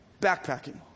backpacking